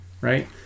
right